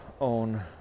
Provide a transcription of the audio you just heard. own